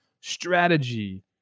strategy